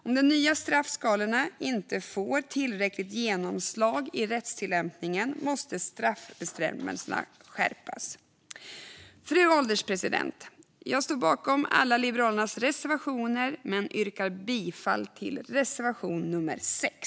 Om de nya straffskalorna inte får tillräckligt genomslag i rättstillämpningen måste straffbestämmelserna skärpas. Fru ålderspresident! Jag står bakom alla Liberalernas reservationer men yrkar bifall endast till reservation 6.